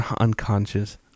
Unconscious